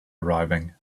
arriving